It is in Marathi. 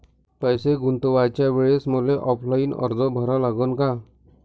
पैसे गुंतवाच्या वेळेसं मले ऑफलाईन अर्ज भरा लागन का?